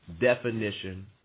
definition